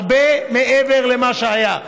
הרבה מעבר למה שהיה.